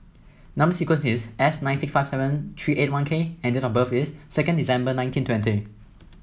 number sequence is S nine six five seven three eight one K and date of birth is second December nineteen twenty